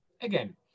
again